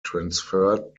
transferred